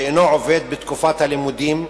שאינו עובד בתקופת הלימודים,